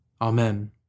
Amen